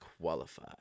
qualify